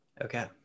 Okay